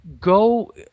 go